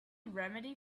remedy